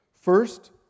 First